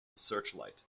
searchlight